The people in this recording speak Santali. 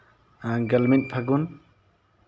ᱜᱮᱞ ᱢᱤᱫ ᱯᱷᱟᱹᱜᱩᱱ